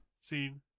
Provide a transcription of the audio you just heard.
scene